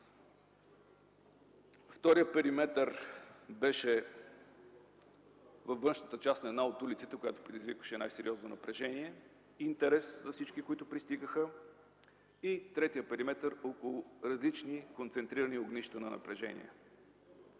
Вторият периметър беше във външната част на една от улиците, която предизвикваше най-сериозно напрежение – интерес за всички, които пристигаха. Третият периметър беше около различни концентрирани огнища на напрежение.